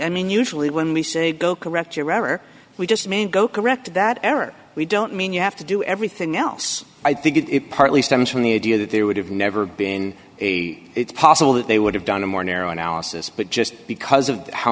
i mean usually when we say bill correct your error we just go correct that error we don't mean you have to do everything else i think it partly stems from the idea that there would have never been a it's possible that they would have done a more narrow analysis but just because of how